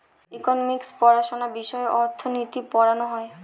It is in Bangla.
ইকোনমিক্স পড়াশোনা বিষয়ে অর্থনীতি পড়ানো হয়